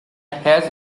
has